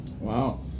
Wow